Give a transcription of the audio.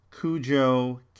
Cujo